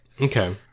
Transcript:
Okay